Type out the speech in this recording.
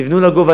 תבנו לגובה,